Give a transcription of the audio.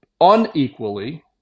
unequally